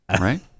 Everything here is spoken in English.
Right